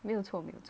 没有错没错